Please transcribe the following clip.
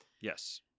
Yes